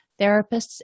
therapists